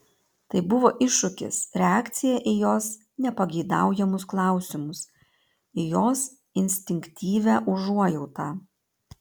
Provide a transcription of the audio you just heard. tai buvo iššūkis reakcija į jos nepageidaujamus klausimus į jos instinktyvią užuojautą